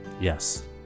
Yes